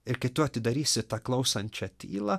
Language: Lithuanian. ir kai tu atidarysi tą klausančią tylą